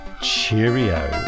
Cheerio